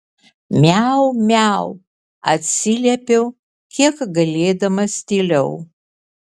miau miau atsiliepiau kiek galėdamas tyliau